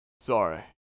sorry